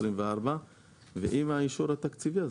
2024 ועם האישור התקציבי.